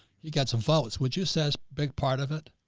you got some votes, would you says big part of it?